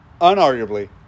unarguably